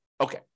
Okay